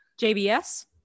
JBS